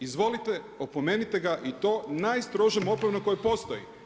Izvolite opomenite ga i to najstrožom opomenom koja postoji!